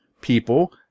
people